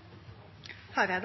til, dei svært